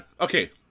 Okay